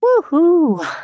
Woohoo